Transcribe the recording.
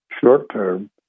short-term